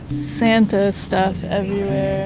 santa stuff